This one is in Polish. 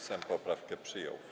Sejm poprawkę przyjął.